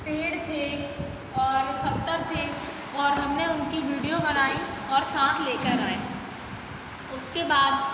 पेड़ थे और पत्थर थे और हमने उनकी विडियो बनाई और साथ लेकर आए उसके बाद